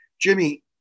Jimmy